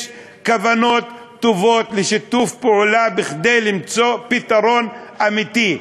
יש כוונות טובות לשיתוף פעולה כדי למצוא פתרון אמיתי.